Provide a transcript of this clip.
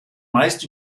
meist